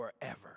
forever